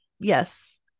Yes